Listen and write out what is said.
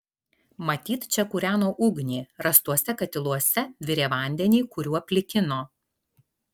matyt čia kūreno ugnį rastuose katiluose virė vandenį kuriuo plikino